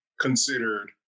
considered